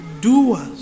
doers